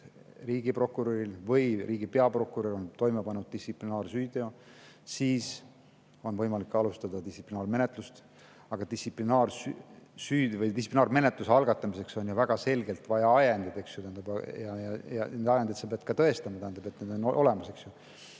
riigiprokurörid või riigi peaprokurör on toime pannud distsiplinaarsüüteo, siis on võimalik alustada distsiplinaarmenetlust. Aga distsiplinaarmenetluse algatamiseks on väga selgelt vaja ajendeid. Ja neid ajendeid peab ka tõestama, need peavad olemas